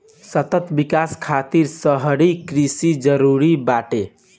सतत विकास खातिर शहरी कृषि जरूरी बाटे